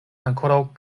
ankoraŭ